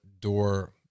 door